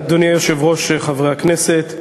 אדוני היושב-ראש, חברי הכנסת,